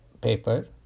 paper